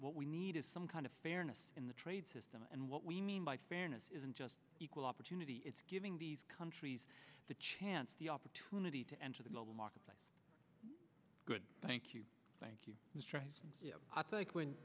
what we need is some kind of fairness in the trade system and what we mean by fairness isn't just equal opportunity it's giving these countries the chance the opportunity to enter the global marketplace good thank you thank you mr you know i think when